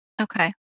Okay